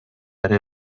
ere